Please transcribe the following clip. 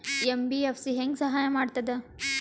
MBFC ಹೆಂಗ್ ಸಹಾಯ ಮಾಡ್ತದ?